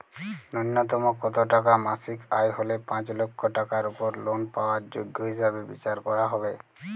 ন্যুনতম কত টাকা মাসিক আয় হলে পাঁচ লক্ষ টাকার উপর লোন পাওয়ার যোগ্য হিসেবে বিচার করা হবে?